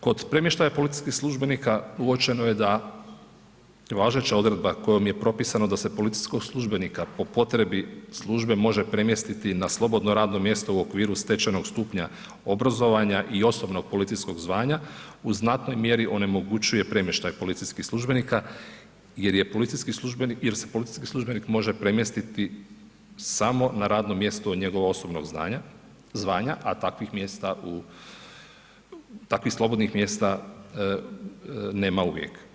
Kod premještaja policijskih službenika uočeno je da važeća odredba kojom je propisano da se policijskog službenika po potrebi službe može premjestiti na slobodno radno mjesto u okviru stečenog stupnja obrazovanja i osobnog policijskog zvanja u znatnoj mjeri onemogućuje premještaj policijskih službenika jer se policijski službenik može premjestiti samo na radno mjesto njegovog osobnog zvanja, a takvih mjesta u, takvih slobodnih mjesta nema uvijek.